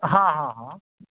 ହଁ ହଁ ହଁ